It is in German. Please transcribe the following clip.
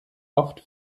oft